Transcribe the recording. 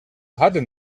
harde